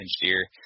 deer